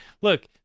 look